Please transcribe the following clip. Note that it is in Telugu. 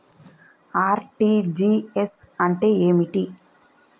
ఆర్.టి.జి.ఎస్ అంటే ఏమిటి?